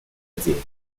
aziende